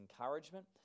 encouragement